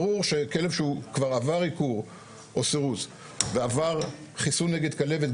ברור שכלב שכבר עבר עיקור או סירוס ועבר חיסון נגד כלבת,